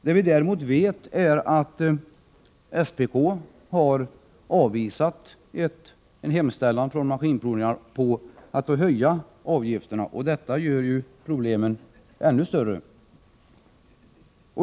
Vi vet däremot att SPK har avvisat en hemställan från statens maskinprovningar om att få höja avgifterna, och detta gör problemen än större.